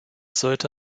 sollte